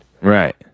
Right